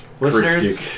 listeners